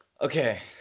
Okay